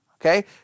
Okay